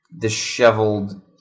disheveled